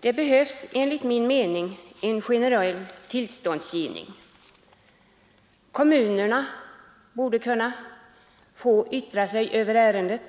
behövs enligt min mening. Kommunerna borde få yttra sig över dessa ärenden.